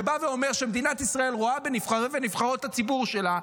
שבא ואומר שמדינת ישראל רואה בנבחרי ונבחרות הציבור שלה,